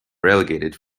relegated